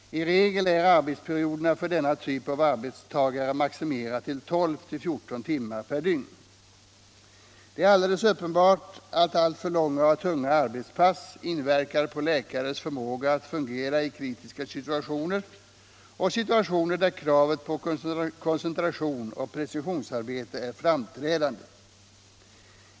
I regel är arbetsperioderna för denna typ av arbetstagare maximerade till 12-14 timmar per dygn. Det är alldeles uppenbart att alltför långa och tunga arbetspass inverkar på läkarens förmåga att fungera i kritiska situationer och situationer där kravet på koncentration och precisionsarbete är framträdande.